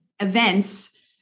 events